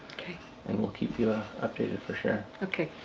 and we'll keep you ah updated for sure. okay.